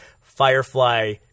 Firefly